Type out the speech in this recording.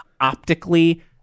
optically